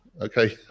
okay